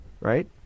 right